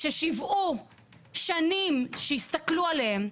ששיוועו שנים שיסתכלו עליהם,